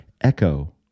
echo